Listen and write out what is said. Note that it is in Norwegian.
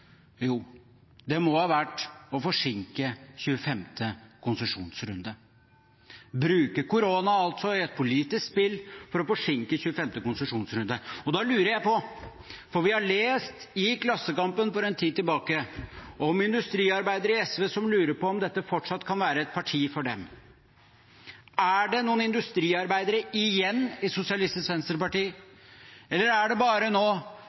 Jo, det må ha vært å forsinke 25. konsesjonsrunde, å bruke koronaen for alt det er, et politisk spill for å forsinke 25. konsesjonsrunde. Da lurer jeg på, for vi har lest i Klassekampen for en tid tilbake om industriarbeidere i SV som lurer på om dette fortsatt kan være et parti for dem: Er det noen industriarbeidere igjen i Sosialistisk Venstreparti, eller er det nå bare